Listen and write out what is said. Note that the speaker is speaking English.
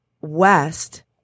west